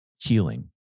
healing